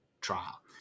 trial